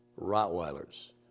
Rottweilers